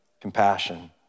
compassion